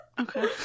Okay